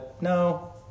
No